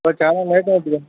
మరి చాలా లేట్ అవుద్దిగా